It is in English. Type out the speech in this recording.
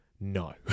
no